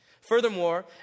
Furthermore